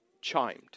chimed